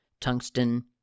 tungsten